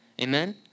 Amen